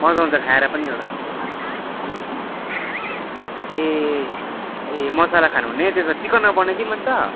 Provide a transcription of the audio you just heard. मज्जा आउँछ खाएर पनि एउटा ए ए मसला खानुहुने त्यसोभा चिकनमा बनाइदिम् अन्त